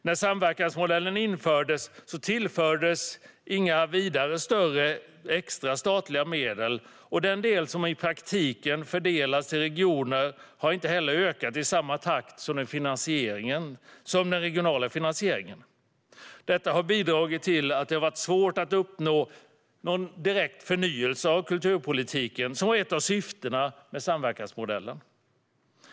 När samverkansmodellen infördes tillfördes inte vidare mycket extra statliga medel, och den del som i praktiken fördelas till regionerna har heller inte ökat i samma takt som den regionala finansieringen. Detta har bidragit till att det varit svårt att uppnå någon direkt förnyelse av kulturpolitiken, vilket var ett av syftena med samverkansmodellen.